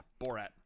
Borat